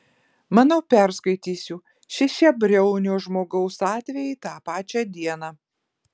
manau perskaitysiu šešiabriaunio žmogaus atvejį tą pačią dieną